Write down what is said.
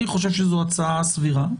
אני חושב שזו הצעה סבירה.